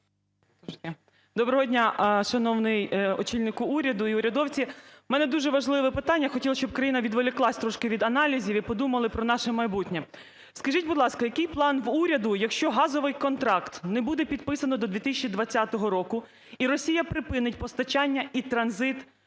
Доброго дня, шановний очільнику уряду і урядовці! В мене дуже важливе питання. Я хотіла, щоб країна відволіклася трішки від аналізів і подумали про наше майбутнє. Скажіть, будь ласка, який план уряду, якщо газовий контракт не буде підписано до 2020 року, і Росія припинить постачання, і транзит